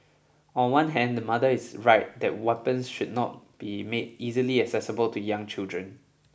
on one hand the mother is right that weapons should not be made easily accessible to young children